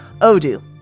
Odoo